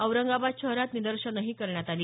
औरंगाबाद शहरात निदर्शनंही करण्यात आली